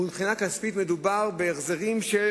ומבחינה כספית מדובר בהחזרים של